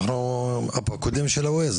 אנחנו הפקודים של ה- Waze,